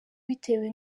bitewe